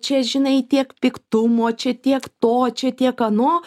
čia žinai tiek piktumo čia tiek to čia tiek ano